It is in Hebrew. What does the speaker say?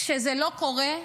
כשזה לא קורה,